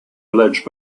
alleged